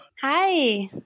Hi